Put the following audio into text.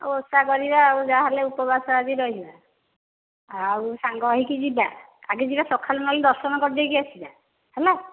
ଆଉ ଓଷା କରିବା ଆଉ ଯାହା ହେଲେ ଉପବାସ ଆଜି ରହିବା ଆଉ ସାଙ୍ଗ ହୋଇକି ଯିବା ଆଗେ ଯିବା ସକାଳୁ ନହେଲେ ଦର୍ଶନ କରିଦେଇକି ଆସିବା ହେଲା